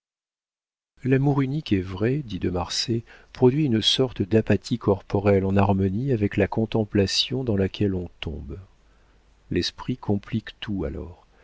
l'amour unique et vrai dit de marsay produit une sorte d'apathie corporelle en harmonie avec la contemplation dans laquelle on tombe l'esprit complique tout alors